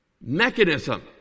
mechanism